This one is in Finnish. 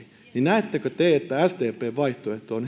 näettekö te että sdpn vaihtoehto on